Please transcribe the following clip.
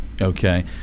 Okay